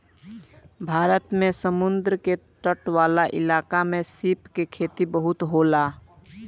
भारत में समुंद्र के तट वाला इलाका में सीप के खेती बहुते होला